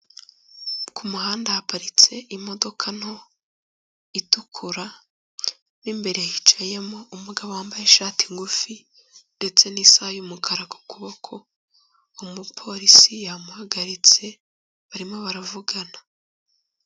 Ku muhanda haparitse imodoka nto itukura, mu imbere hicayemo umugabo wambaye ishati ngufi ndetse n'isaha y'umukara ku kuboko, umupolisi yamuhagaritse barimo baravugana.